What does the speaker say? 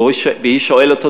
והיא שואלת אותו: